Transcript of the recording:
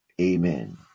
Amen